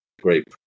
great